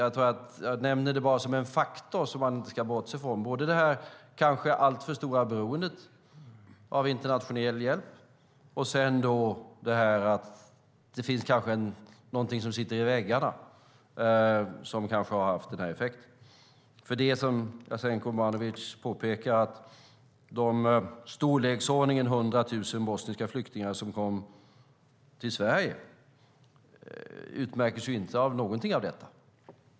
Jag nämner detta som en faktor som man inte ska bortse från. Det handlar både om det kanske alltför stora beroendet av internationell hjälp och om något som sitter i väggarna och som kanske har haft den här effekten. Det är som Jasenko Omanovic påpekar: De i storleksordningen 100 000 bosniska flyktingarna utmärks ju inte av något av detta.